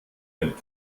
mit